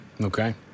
Okay